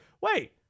Wait